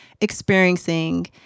experiencing